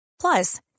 Plus